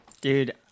dude